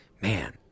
man